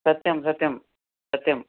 सत्यं सत्यं सत्यं